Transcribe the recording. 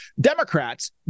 Democrats